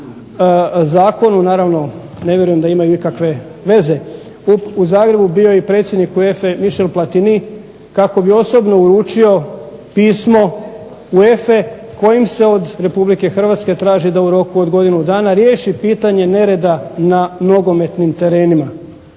zakonu, naravno ne vjerujem da imaju ikakve veze, u Zagrebu bio i predsjednik UEFA-e Michel Platini kako bi osobno uručio pismo UEFA-e kojim se od Republike Hrvatske traži da u roku od godinu dana riješi pitanje nereda na nogometnim terenima